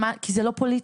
כי זה לא פוליטי,